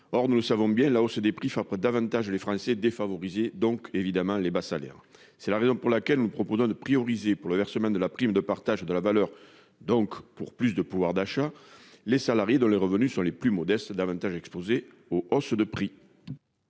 Or, nous le savons bien, la hausse des prix frappe davantage nos concitoyens défavorisés et donc les bas salaires. C'est la raison pour laquelle nous proposons de prioriser le versement de la prime de partage de la valeur aux salariés dont les revenus sont les plus modestes, davantage exposés aux hausses de prix.